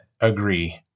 agree